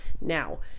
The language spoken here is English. now